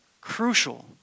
crucial